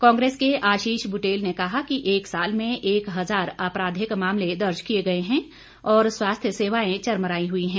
कांग्रेस के आशीष बुटेल ने कहा कि एक साल में एक हजार आपराधिक मामले दर्ज किए गए हैं और स्वास्थ्य सेवाए चरमराई हुई हैं